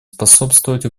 способствовать